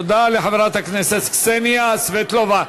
תודה לחברת הכנסת קסניה סבטלובה.